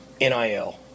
NIL